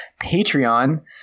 patreon